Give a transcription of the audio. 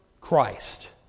Christ